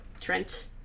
Trent